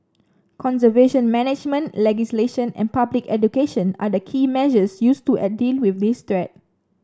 conservation management legislation and public education are the key measures used to a deal with this threat